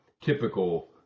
typical